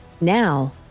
Now